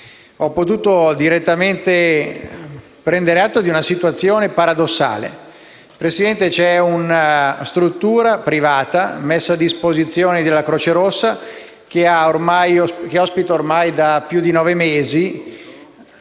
ho potuto direttamente prendere atto di una situazione paradossale: c'è una struttura privata, messa a disposizione della Croce Rossa, che ospita, ormai da più di nove mesi,